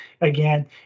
again